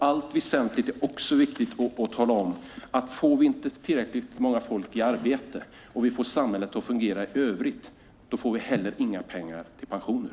Det är också viktigt att tala om att om vi inte får tillräckligt många människor i arbete och får samhället i övrigt att fungera, då får vi inte heller några pengar till pensioner.